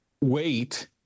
wait